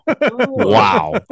wow